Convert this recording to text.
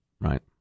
Right